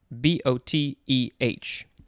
B-O-T-E-H